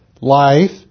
life